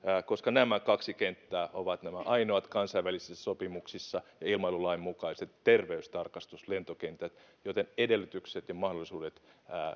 koska nämä kaksi kenttää ovat ainoat kansainvälisten sopimusten ja ilmailulain mukaiset terveystarkastuslentokentät joten edellytykset ja mahdollisuudet